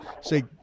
say